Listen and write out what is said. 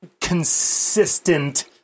consistent